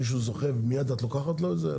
מישהו זוכה ומיד את לוקחת לו את זה?